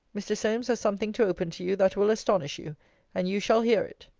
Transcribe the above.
mr. solmes has something to open to you, that will astonish you and you shall hear it.